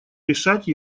решать